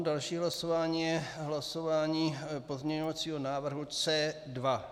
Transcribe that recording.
Další hlasování je hlasování pozměňovacího návrhu C2.